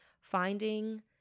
finding